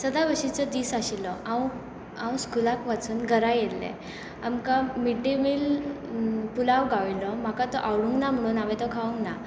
सदां भाशेचो दीस आशिल्लो हांव हांव स्कूलाक वचून घरा आयिल्लें आमकां मिड डे मिल पुलाव गाविल्लो म्हाका तो आवडूंक ना म्हणून होंवें तो खावंक ना